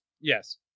Yes